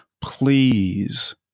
please